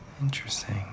Interesting